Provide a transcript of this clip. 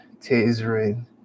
tasering